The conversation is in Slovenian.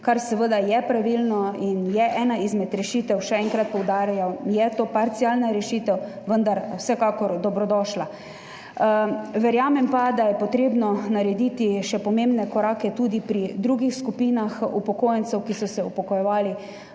kar je seveda pravilno in je ena izmed rešitev, še enkrat poudarjam, to je parcialna rešitev, vendar vsekakor dobrodošla. Verjamem pa, da je treba narediti pomembne korake tudi pri drugih skupinah upokojencev, ki so se upokojevali